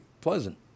pleasant